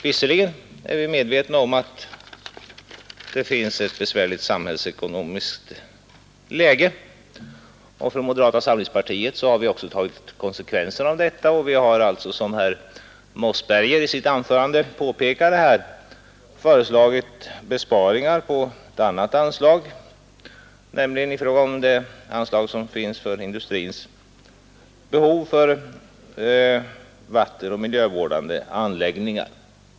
Vi är medvetna om det besvärliga ekonomiska läget, och från moderata samlingspartiet har vi också tagit konsekvenserna av detta. Vi har, som herr Mossberger påpekade i sitt anförande, föreslagit besparingar på ett annat anslag, nämligen det anslag som finns för att tillgodose industrins behov av vattenoch miljövårdande anläggningar.